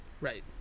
Right